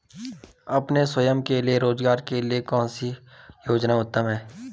अपने स्वयं के रोज़गार के लिए कौनसी योजना उत्तम है?